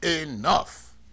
enough